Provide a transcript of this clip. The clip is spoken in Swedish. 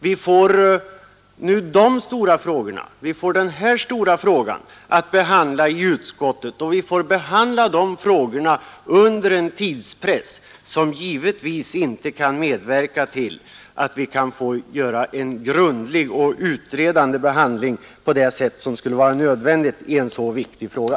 Vi får nu både dessa omfattande problem och den här stora frågan att behandla i utskottet, och vi får göra det under en tidspress som givetvis inte kan medverka till en grundlig, utredande behandling av det slag som skulle vara nödvändigt i en så viktig fråga.